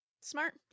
Smart